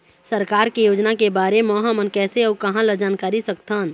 सरकार के योजना के बारे म हमन कैसे अऊ कहां ल जानकारी सकथन?